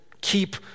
keep